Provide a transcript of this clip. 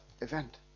event